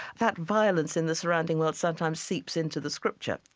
that violence in the surrounding world sometimes seeps into the scripture.